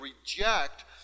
reject